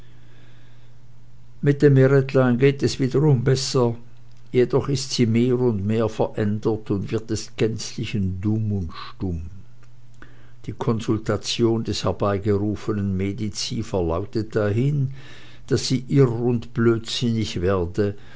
mit dem meretlein gehet es wiederum besser jedoch ist sie mehr und mehr verändert und wird des gänzlichen dumm und stumm die consultation des herbeygeruffenen medici verlautet dahin daß sie irr oder blödsinnig werde